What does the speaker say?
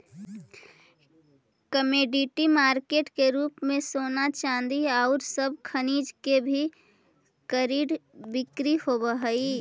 commodity market के रूप में सोना चांदी औउर सब खनिज के भी कर्रिड बिक्री होवऽ हई